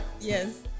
Yes